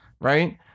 right